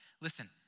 Listen